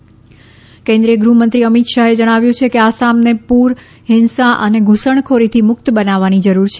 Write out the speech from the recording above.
અમિત શાહ આસામ કેન્દ્રીય ગૃહમંત્રી અમિત શાહે જણાવ્યું છે કે આસામને પૂર હિંસા અને ધુસણખોરીથી મુક્ત બનાવવાની જરૂર છે